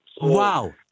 Wow